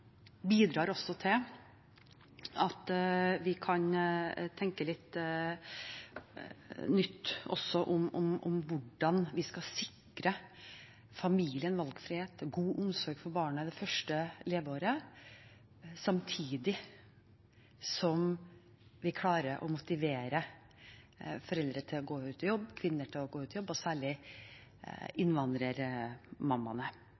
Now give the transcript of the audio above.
bidrar også til at vi kan tenke litt nytt om hvordan vi skal sikre familien valgfrihet og barnet god omsorg det første leveåret, samtidig som vi klarer å motivere foreldre til å gå ut i jobb – motivere kvinner, og særlig innvandrermammaene, til å gå ut i jobb. Jeg støtter meg til det som er sagt av saksordføreren og